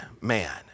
man